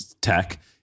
tech